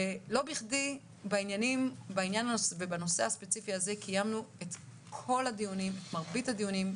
לא בכדי בנושא הספציפי הזה קיימנו את מרבית הדיונים.